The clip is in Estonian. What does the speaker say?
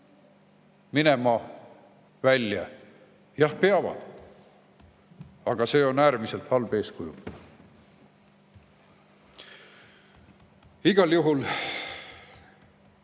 minema? Jah, peavad. Aga see on äärmiselt halb eeskuju. Igal juhul,